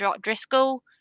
Driscoll